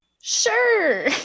Sure